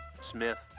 Smith